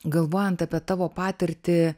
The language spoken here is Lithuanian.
galvojant apie tavo patirtį